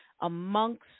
amongst